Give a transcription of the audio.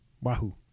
Wahoo